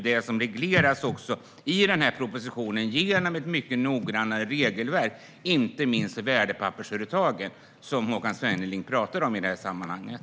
Detta regleras också i propositionen genom ett mycket noggrannare regelverk, inte minst vad gäller värdepappersföretagen, som Håkan Svenneling pratar om i sammanhanget.